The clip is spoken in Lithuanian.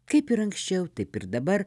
kaip ir anksčiau taip ir dabar